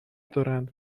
دارند